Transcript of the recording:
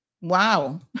Wow